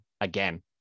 again